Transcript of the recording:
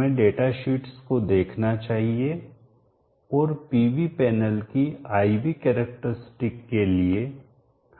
हमें डेटाशीट्स को देखना चाहिए और PV पैनल की I V कैरेक्टरस्टिक के लिए